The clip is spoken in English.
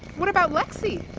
what about lexi?